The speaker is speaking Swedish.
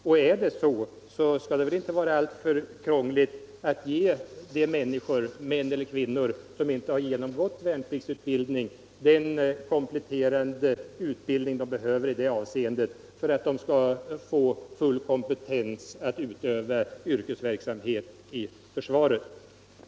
Och är det så, skall det väl inte vara alltför krångligt att ge de människor, män eller kvinnor, som inte har genomgått värnpliktsutbildning, den kompletterande utbildning de behöver för att de skall få full kompetens att utöva yrkesverksamhet i försvaret.